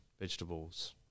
vegetables